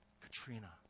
Katrina